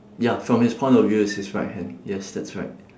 ya from his point of view it's his right hand yes that's right